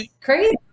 crazy